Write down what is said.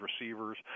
receivers